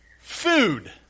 Food